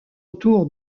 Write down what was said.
autour